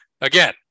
again